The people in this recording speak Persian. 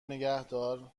نگهدار